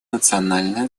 национальная